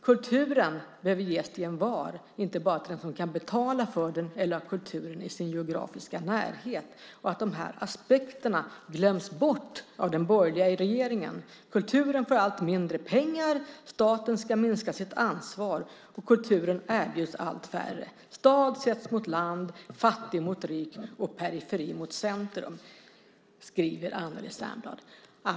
Kulturen behöver ges till envar, och inte bara till dem som kan betala för den eller har kulturen i sin geografiska närhet. De aspekterna glöms bort av den borgerliga regeringen, menar hon. Kulturen får allt mindre pengar. Staten ska minska sitt ansvar, och kulturen erbjuds allt färre. Stad ställs mot land, fattig mot rik och periferi mot centrum, skriver Anneli Särnblad.